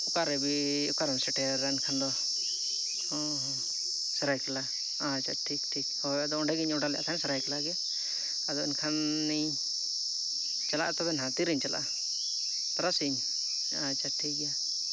ᱚᱠᱟᱨᱮ ᱵᱤ ᱚᱠᱟᱨᱮᱢ ᱥᱮᱴᱮᱨ ᱨᱮᱱ ᱠᱷᱟᱱ ᱫᱚ ᱦᱚᱸ ᱦᱚᱸ ᱥᱟᱨᱟᱭᱠᱮᱞᱟ ᱟᱪᱪᱷᱟ ᱴᱷᱤᱠ ᱴᱷᱤᱠ ᱦᱳᱭ ᱟᱫᱚ ᱚᱸᱰᱮ ᱜᱤᱧ ᱚᱰᱟᱨ ᱞᱮᱫ ᱛᱟᱦᱮᱫ ᱥᱚᱨᱟᱭᱠᱮᱞᱞᱟ ᱜᱮ ᱟᱫᱚ ᱮᱱᱠᱷᱟᱱᱤᱧ ᱪᱟᱞᱟᱜᱼᱟ ᱛᱚᱵᱮ ᱱᱟᱜ ᱛᱤᱨᱤᱧ ᱪᱟᱞᱟᱜᱼᱟ ᱛᱟᱨᱟᱥᱤᱧ ᱟᱪᱪᱷᱟ ᱴᱷᱤᱠ ᱜᱮᱭᱟ